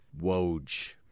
Woj